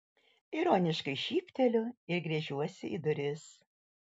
ironiškai šypteliu ir gręžiuosi į duris